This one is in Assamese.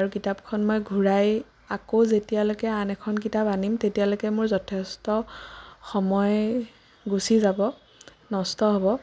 আৰু কিতাপখন মই ঘূৰাই আকৌ যেতিয়ালৈকে আন এখন কিতাপ আনিম তেতিয়ালৈকে মোৰ যথেষ্ট সময় গুচি যাব নষ্ট হ'ব